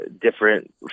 different